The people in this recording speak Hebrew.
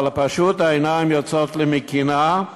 אבל פשוט העיניים יוצאות לי מקנאה,